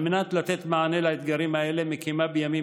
על מנת לתת מענה לאתגרים האלה מקימה בימים